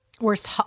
Worst